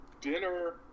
Dinner